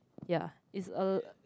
ya is a